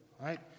right